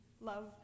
love